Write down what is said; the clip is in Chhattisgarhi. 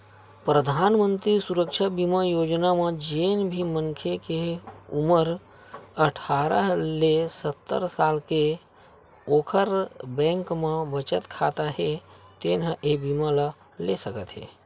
परधानमंतरी सुरक्छा बीमा योजना म जेन भी मनखे के उमर अठारह ले सत्तर साल हे ओखर बैंक म बचत खाता हे तेन ह ए बीमा ल ले सकत हे